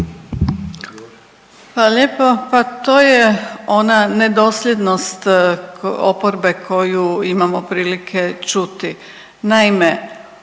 lijepo. Pa to je ona nedosljednost oporbe koju imamo prilike čuti. Naime,